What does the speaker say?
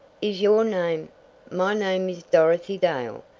is your name my name is dorothy dale,